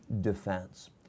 defense